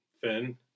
Finn